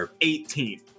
18